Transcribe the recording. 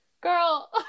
girl